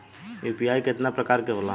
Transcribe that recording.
UPI केतना प्रकार के होला?